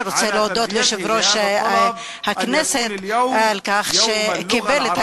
אני רוצה להודות ליושב-ראש הכנסת על שקיבל את